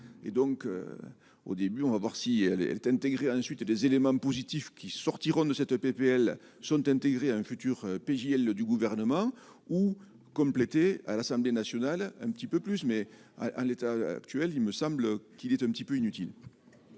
et donc au début, on va voir si elle est, elle est intégrée à la suite des éléments positifs qui sortiront de cette PPL sont intégrées à un futur PJ du gouvernement ou compléter à l'Assemblée nationale, un petit peu plus mais en l'état actuel, il me semble qu'il ait un petit peu inutile.